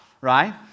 right